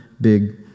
big